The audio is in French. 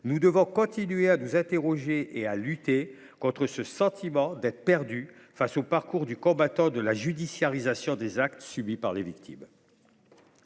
Nous devons continuer à nous interroger et à lutter contre le sentiment d’être perdu face au parcours du combattant qu’impose la judiciarisation des actes subis par les victimes.